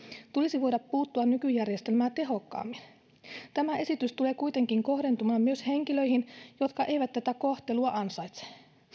tulisi voida puuttua nykyjärjestelmää tehokkaammin tämä esitys tulee kuitenkin kohdentumaan myös henkilöihin jotka eivät tätä kohtelua ansaitse